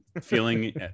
feeling